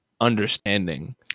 understanding